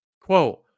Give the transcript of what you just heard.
quote